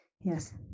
yes